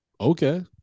Okay